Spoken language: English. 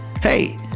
hey